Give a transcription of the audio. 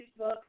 Facebook